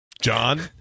John